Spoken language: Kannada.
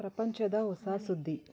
ಪ್ರಪಂಚದ ಹೊಸ ಸುದ್ದಿ